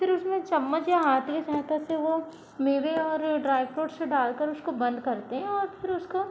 फिर उसमें चम्मच या हाथ की सहायता से वो मेवे और फ्रूट्स डाल कर उसको बंद करते हैं और फिर उसको